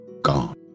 gone